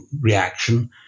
reaction